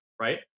right